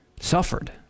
suffered